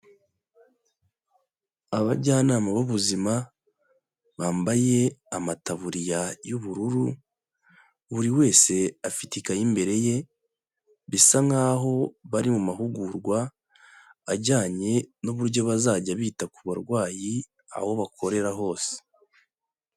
Abajyanama b'ubuzima bambaye amataburiya y'ubururu, buri wese afite ikayi imbere ye, bisa nkaho bari mu mahugurwa ajyanye n'uburyo bazajya bita ku barwayi aho bakorera hose.